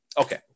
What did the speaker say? Okay